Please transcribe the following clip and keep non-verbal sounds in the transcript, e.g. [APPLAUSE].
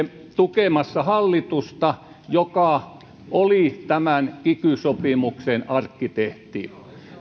[UNINTELLIGIBLE] tukemassa hallitusta joka oli tämän kiky sopimuksen arkkitehti